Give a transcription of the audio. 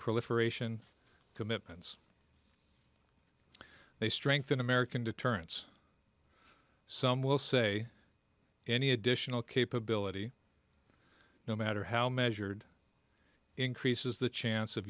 proliferation commitments they strengthen american deterrence some will say any additional capability no matter how measured increases the chance of